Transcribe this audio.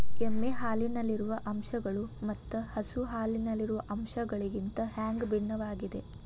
ಎಮ್ಮೆ ಹಾಲಿನಲ್ಲಿರುವ ಅಂಶಗಳು ಮತ್ತ ಹಸು ಹಾಲಿನಲ್ಲಿರುವ ಅಂಶಗಳಿಗಿಂತ ಹ್ಯಾಂಗ ಭಿನ್ನವಾಗಿವೆ?